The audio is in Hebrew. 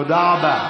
תודה רבה.